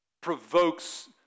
provokes